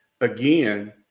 again